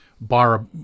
bar